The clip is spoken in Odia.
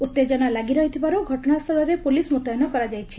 ଉଭେଜନା ଲାଗି ରହିଥିବାରୁ ଘଟଣା ସ୍ଥଳରେ ପୁଲିସ୍ ମ୍ରତୟନ କରାଯାଇଛି